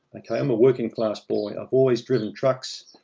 okay? i'm a working class boy. i've always driven trucks,